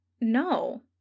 no